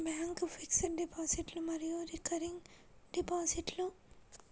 bank fixed డిపాజిట్లు మరియు recurring డిపాజిట్లు